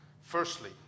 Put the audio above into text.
firstly